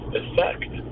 effect